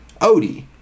Odie